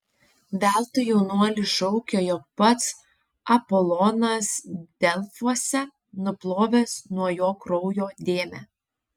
veltui jaunuolis šaukė jog pats apolonas delfuose nuplovęs nuo jo kraujo dėmę